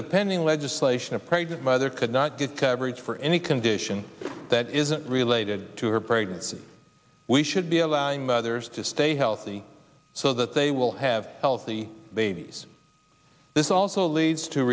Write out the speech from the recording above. the pending legislation of pregnant mother could not get coverage for any condition that isn't related to her pregnancy we should be allowing mothers to stay healthy so that they will have healthy babies this also leads to